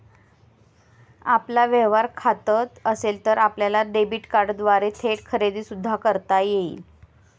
आपलं व्यवहार खातं असेल तर आपल्याला डेबिट कार्डद्वारे थेट खरेदी सुद्धा करता येईल